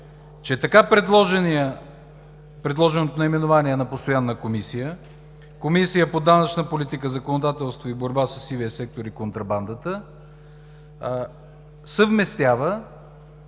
че така предложеното наименование на постоянна комисия – Комисия по данъчна политика, законодателство и борба със сивия сектор и контрабандата, съвместява